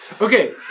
Okay